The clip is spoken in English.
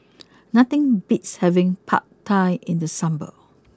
nothing beats having Pad Thai in the summer